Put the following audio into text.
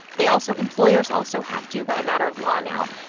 they also employers also have to, by a matter of law now,